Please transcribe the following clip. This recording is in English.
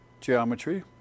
geometry